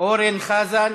אורן חזן,